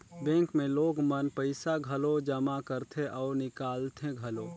bank मे लोग मन पइसा घलो जमा करथे अउ निकालथें घलो